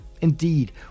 indeed